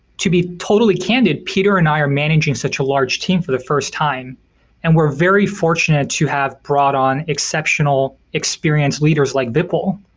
to be totally candid, peter and i are managing such a large team for the first time and we're very fortunate to have brought on exceptional experienced leaders like vipul,